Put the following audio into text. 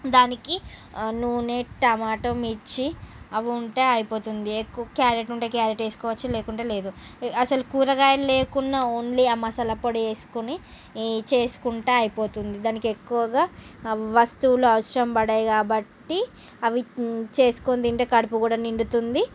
దానికి నూనె టమాటో మిర్చి అవి ఉంటే అయిపోతుంది ఎక్కు క్యారెట్ ఉంటే క్యారెట్ వేసుకోవచ్చు లేకుంటే లేదు అసలు కూరగాయలు లేకుండా ఓన్లీ ఆ మసాలా పొడి వేసుకొని చేసుకుంటే అయిపోతుంది దానికి ఎక్కువగా వస్తువులు అవసరం పడవు కాబట్టి అవి చేసుకొని తింటే కడుపు కూడా నిండుతుంది